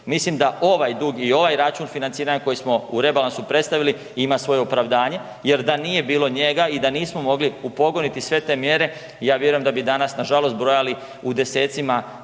Mislim da ovaj dug i ovaj račun financiranja koji smo u rebalansu predstavili ima svoje opravdanje jer da nije bilo njega i da nismo mogli upogoniti sve te mjere, ja vjerujem da bi danas nažalost brojali u desecima